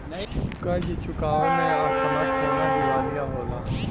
कर्ज़ चुकावे में असमर्थ होना दिवालिया होला